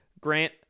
grant